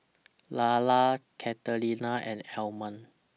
Layla Catalina and Armond